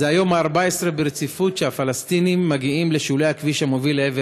זה היום ה-14 ברציפות שהפלסטינים מגיעים לשולי הכביש המוביל לעבר